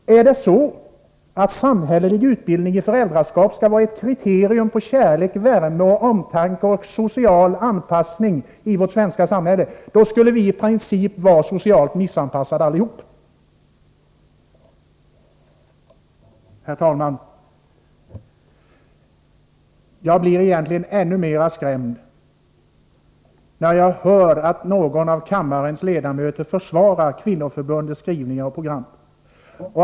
Om samhällelig utbildning i föräldraskap skulle vara ett kriterium på kärlek, värme, omtanke och social anpassning i vårt svenska samhälle, då skulle vi i princip vara socialt missanpassade allihop. Herr talman! Jag blir egentligen ännu mera skrämd när jag hör att någon av kammarens ledamöter försvarar Kvinnoförbundets skrivningar och program.